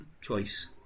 choice